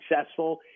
successful